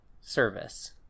service